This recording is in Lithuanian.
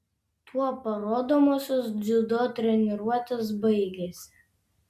tuo parodomosios dziudo treniruotės baigėsi